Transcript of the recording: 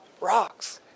rocks